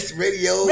radio